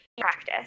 practice